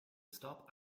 stop